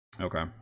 okay